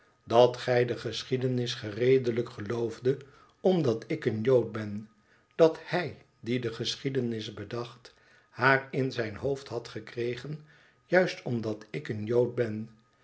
dat gij de geschiedenis gereedelijk geloofdet omdat ik een jood ben dat hij die de geschiedenis bedacht haar in zijn hoofd had gekregen juist omdat ik een jood ben